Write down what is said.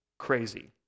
crazy